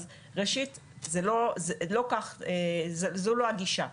אז ראשית, זה לא כך וזו לא הגישה.